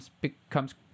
becomes